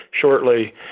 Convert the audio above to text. shortly